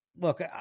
Look